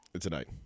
Tonight